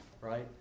right